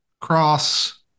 Cross